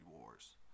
wars